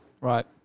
Right